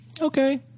Okay